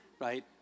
right